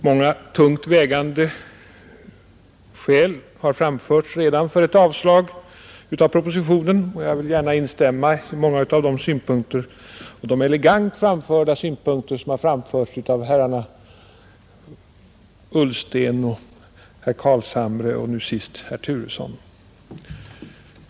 Många tungt vägande skäl för ett avslag av propositionen har redan anförts, och jag vill gärna instämma i många av de synpunkter som elegant framförts av herrar Mundebo och Carlshamre, och senast av herr Turesson.